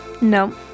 No